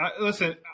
Listen